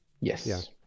Yes